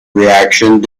reactions